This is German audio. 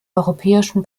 europäischen